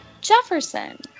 jefferson